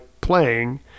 playing